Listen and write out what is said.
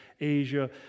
Asia